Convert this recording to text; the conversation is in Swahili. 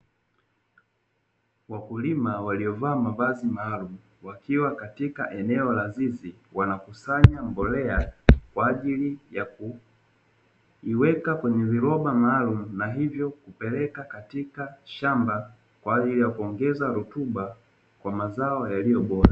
Wakulima waliovaa mavazi maalumu wakiwa katika eneo la zizi, wanakusanya mbolea kwa ajili ya kuiweka kwenye viroba maalumu na hivyo kupeleka katika shamba kwa ajili ya kuongeza rutuba kwa mazao yaliyobora.